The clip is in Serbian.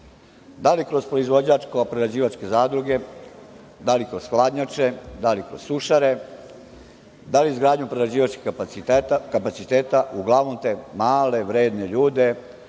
da li kroz proizvođačko-prerađivačke zadruge, da li kroz hladnjače, da li kroz sušare, da li izgradnjom prerađivačkih kapaciteta. Uglavnom te male vredne ljude